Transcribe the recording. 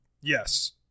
Yes